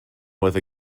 with